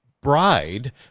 bride